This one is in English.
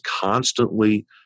constantly